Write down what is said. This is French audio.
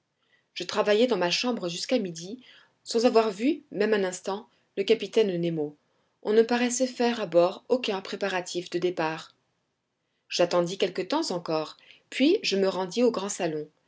je travaillai dans ma chambre jusqu'à midi sans avoir vu même un instant le capitaine nemo on ne paraissait faire à bord aucun préparatif de départ j'attendis quelque temps encore puis je me rendis au grand salon